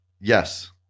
Yes